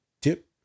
Tip